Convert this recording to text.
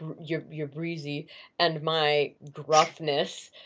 you're you're breezy and my gruffness,